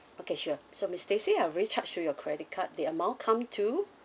okay sure so miss stacey I've already charged through your credit card the amount come to